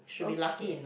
okay